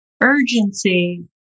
Urgency